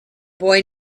boy